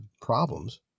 problems